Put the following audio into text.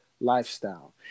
lifestyle